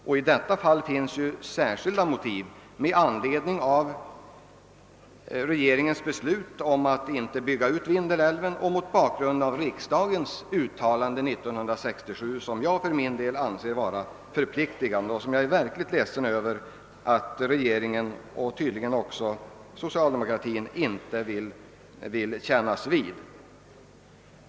I detta fall finns också särskilda motiv med anledning av regeringens beslut att inte bygga ut Vindelälven och mot bakgrunden av riksdagens uttalande år 1967, som jag för min del anser vara förpliktande. Jag är verkligt ledsen över att regeringen och tydligen också det socialdemokratiska partiet inte vill kännas vid det.